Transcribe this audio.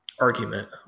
argument